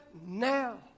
now